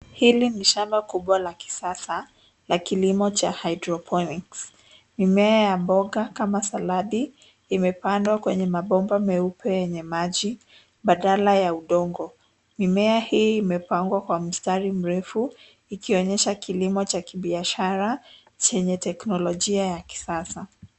Hili ni shamba kubwa la kisasa ya kilimo cha hydroponics mimea ya mboga kama saladi imepandwa kwenye mabomba meupe yenye maji badala ya udongo, mimea hii imepangwa kwa mstari mrefu ikionyesha kilimo cha kibiashara chenye teknolojia ya kisasa.